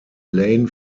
lane